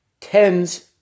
tens